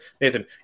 Nathan